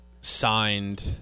signed